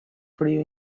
frío